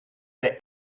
their